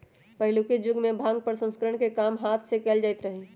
पहिलुक जुगमें भांग प्रसंस्करण के काम हात से कएल जाइत रहै